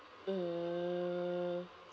mm